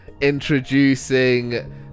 Introducing